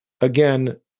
Again